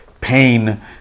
pain